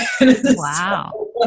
wow